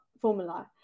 formula